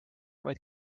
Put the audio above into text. vaid